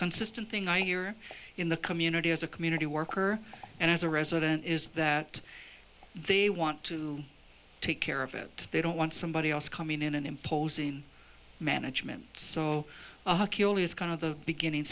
consistent thing i hear in the community as a community worker and as a resident is that they want to take care of it they don't want somebody else coming in and imposing management so it's kind of the beginning